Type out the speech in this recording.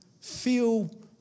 Feel